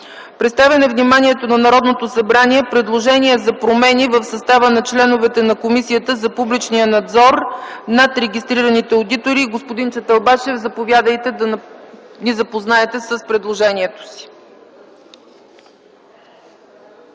представя на вниманието на Народното събрание предложение за промени в състава на членовете на Комисията за публичния надзор над регистрираните одитори. Господин Чаталбашев, заповядайте, за да ни запознаете с предложението си.